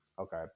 okay